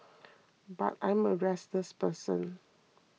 but I'm a restless person